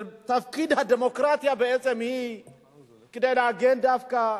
תפקיד הדמוקרטיה, הוא להגן דווקא